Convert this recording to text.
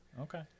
Okay